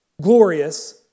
glorious